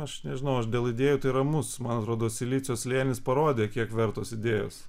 aš nežinau aš dėl idėjų tai ramus man atrodo silicio slėnis parodė kiek vertos idėjos